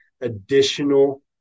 additional